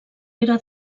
era